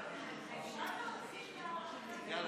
10,